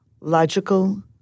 logical